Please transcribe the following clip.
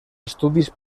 estudis